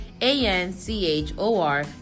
a-n-c-h-o-r